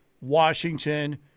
Washington